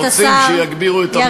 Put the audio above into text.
רוצים, שיגבירו את המיקרופון.